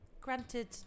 granted